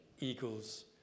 eagles